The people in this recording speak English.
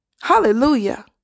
Hallelujah